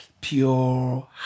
pure